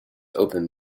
open